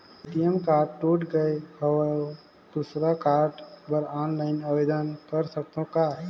ATM card टूट गे हववं दुसर कारड बर ऑनलाइन आवेदन कर सकथव का?